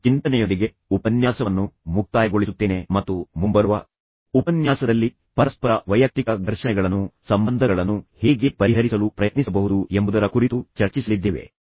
ಈಗ ಈ ಚಿಂತನೆಯೊಂದಿಗೆ ನಾನು ಈ ಉಪನ್ಯಾಸವನ್ನು ಮುಕ್ತಾಯಗೊಳಿಸುತ್ತೇನೆ ಮತ್ತು ಮುಂಬರುವ ಉಪನ್ಯಾಸದಲ್ಲಿ ನಾವು ಪರಸ್ಪರ ವೈಯಕ್ತಿಕ ಘರ್ಷಣೆಗಳನ್ನು ಪರಸ್ಪರ ಸಂಬಂಧಗಳನ್ನು ಹೇಗೆ ಪರಿಹರಿಸಲು ಪ್ರಯತ್ನಿಸಬಹುದು ಎಂಬುದರ ಕುರಿತು ಚರ್ಚಿಸಲಿದ್ದೇವೆ